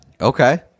Okay